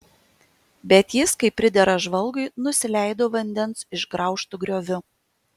bet jis kaip pridera žvalgui nusileido vandens išgraužtu grioviu